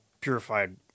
purified